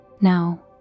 Now